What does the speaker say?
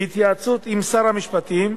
בהתייעצות עם שר המשפטים,